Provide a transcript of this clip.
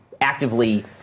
actively